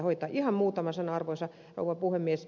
ihan muutama sana arvoisa rouva puhemies